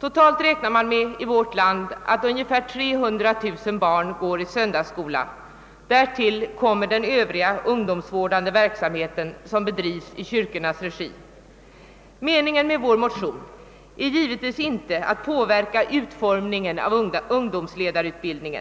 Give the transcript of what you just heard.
Totalt räknar man med att ungefär 300 000 barn går i söndagsskola i vårt land och därtill kommer den övriga ungdomsvårdande verksamhet som bedrivs i kyrkornas regi. Meningen med motionen är givetvis inte att påverka utformningen av kyrkans ungdomsledarutbildning.